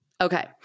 Okay